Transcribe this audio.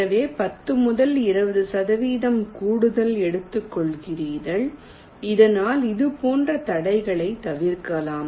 எனவே 10 முதல் 20 சதவிகிதம் கூடுதல் எடுத்துக்கொள்கிறீர்கள் இதனால் இதுபோன்ற தடைகளைத் தவிர்க்கலாம்